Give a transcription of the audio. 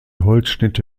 holzschnitte